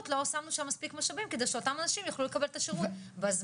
לא שמנו שם מספיק משאבים כדי שאותם אנשים יוכלו לקבל את השירות בזמן,